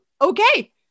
okay